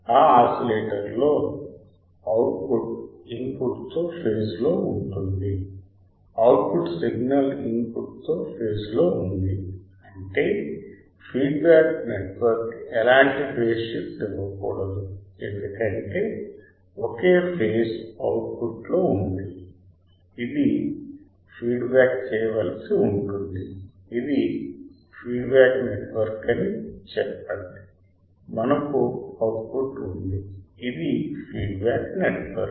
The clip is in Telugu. ఈ ఆసిలేటర్లో అవుట్పుట్ ఇన్పుట్తో ఫేజ్ లో ఉంటుంది అవుట్పుట్ సిగ్నల్ ఇన్పుట్ తో ఫేజ్ లో ఉంది అంటే ఫీడ్బ్యాక్ నెట్వర్క్ ఎలాంటి ఫేజ్ షిఫ్ట్ ఇవ్వకూడదు ఎందుకంటే ఒకే ఫేజ్ అవుట్పుట్లో ఉంది ఇది ఫీడ్బ్యాక్ చేయవలసి ఉంటుంది ఇది ఫీడ్బ్యాక్ నెట్వర్క్ అని చెప్పండి మనకు అవుట్పుట్ ఉంది ఇది ఫీడ్బ్యాక్ నెట్వర్క్